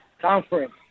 conference